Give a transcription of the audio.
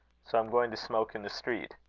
so i'm going to smoke in the street.